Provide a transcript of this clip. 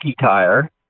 tire